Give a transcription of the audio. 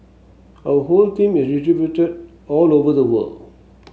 our whole team is distributed all over the world